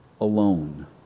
alone